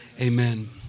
amen